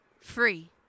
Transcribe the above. free